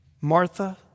Martha